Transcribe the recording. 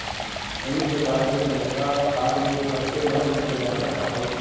संयुक्त राज्य अमेरिका खाल के सबसे बड़ निर्यातक हवे